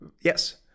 yes